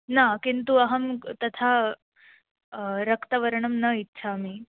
न किन्तु अहं तथा रक्तवर्णं न इच्छामि